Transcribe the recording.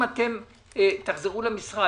אם תחזרו למשרד